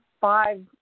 five